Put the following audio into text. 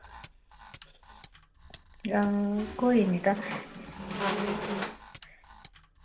आं कोई निं तां